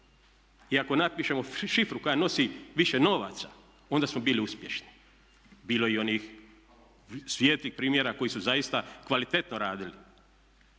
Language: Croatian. i ako napišemo šifru koja nosi više novaca onda smo bili uspješni. Bilo je i onih svijetlih primjera koji su zaista kvalitetno radili,